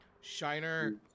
shiner